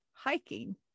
hiking